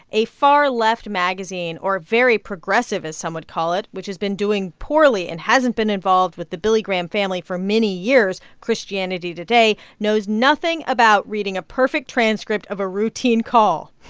a far-left magazine or very progressive, as some would call it which has been doing poorly and hasn't been involved with the billy graham family for many years, christianity today knows nothing about reading a perfect transcript of a routine call.